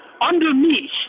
Underneath